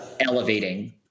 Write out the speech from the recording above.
elevating